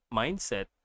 mindset